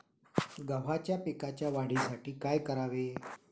गहू पिकाच्या वाढीसाठी काय करावे?